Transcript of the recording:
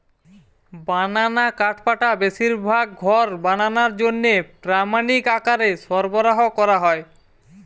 বানানা কাঠপাটা বেশিরভাগ ঘর বানানার জন্যে প্রামাণিক আকারে সরবরাহ কোরা হয়